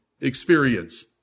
experience